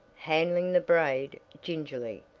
handling the braid gingerly.